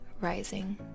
Rising